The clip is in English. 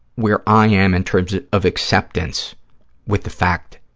where i am in terms of acceptance with the fact